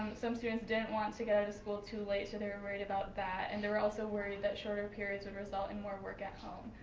some students didn't want to get out of school too late, so they were worried about that and they were also worried that shorter periods would result in more work at home.